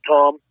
Tom